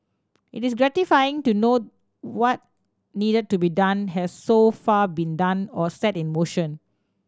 it is gratifying to know what need to be done has so far been done or set in motion